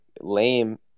lame